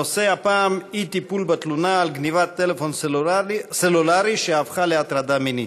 הנושא הפעם: אי-טיפול בתלונה על גנֵבת טלפון סלולרי שהפכה להטרדה מינית.